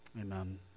Amen